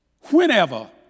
Whenever